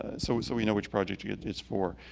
ah so so we know which project yeah it's for.